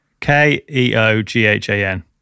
K-E-O-G-H-A-N